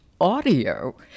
Audio